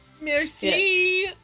Merci